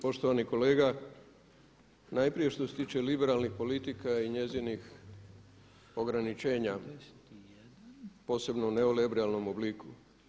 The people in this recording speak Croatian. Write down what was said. Poštovani kolega, najprije što se tiče liberalnih politika i njezinih ograničenja posebno u neoliberalnom obliku.